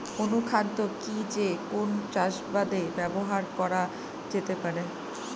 অনুখাদ্য কি যে কোন চাষাবাদে ব্যবহার করা যেতে পারে?